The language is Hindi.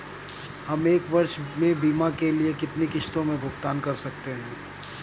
हम एक वर्ष में बीमा के लिए कितनी किश्तों में भुगतान कर सकते हैं?